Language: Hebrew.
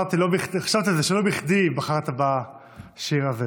חשבתי על זה שלא בכדי בחרת בשיר הזה.